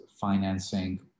financing